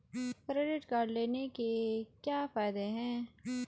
Credit card लेने के क्या फायदे हैं?